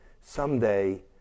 someday